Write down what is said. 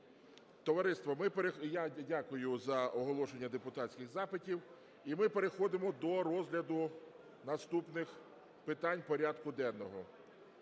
Товариство, ми… Я дякую за оголошення депутатських запитів. І ми переходимо до розгляду наступних питань порядку денного.